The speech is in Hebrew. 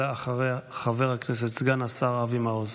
אחריה, חבר הכנסת וסגן השר אבי מעוז.